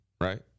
right